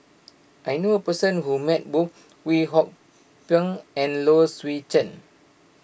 I knew a person who met both Kwek Hong Png and Low Swee Chen